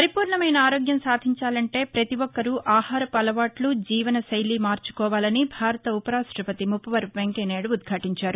పరిపూర్ణమైన ఆరోగ్యం సాధించాలంటే పతి ఒక్కరూ ఆహారపు అలవాట్లు జీవన శైలిని మార్చుకోవాలని భారత ఉపరాష్టపతి ముప్పవరపు వెంకయ్య నాయుడు ఉదాటించారు